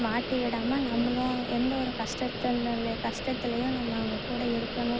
மாட்டிவிடாமல் நம்மளும் எந்த ஒரு கஷ்டத்தை நல்ல கஷ்டத்துலேயும் நம்ம அவங்க கூட இருக்கணும்